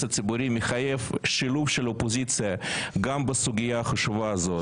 הציבורי מחייב שילוב של אופוזיציה גם בסוגיה החשובה הזאת.